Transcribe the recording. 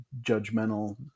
judgmental